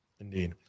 Indeed